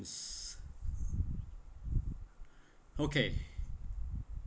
okay